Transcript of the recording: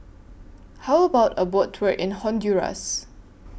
How about A Boat Tour in Honduras